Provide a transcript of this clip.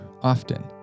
often